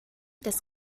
des